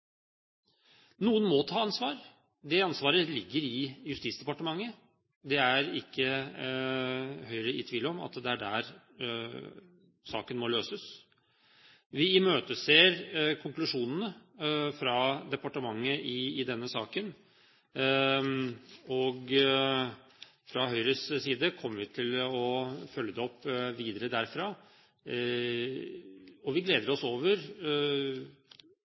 Noen må ta ansvar. Det ansvaret ligger i Justisdepartementet. Høyre er ikke i tvil om at det er der saken må løses. Vi imøteser konklusjonene fra departementet i denne saken, og fra Høyres side kommer vi til å følge det opp videre derfra. Vi gleder oss over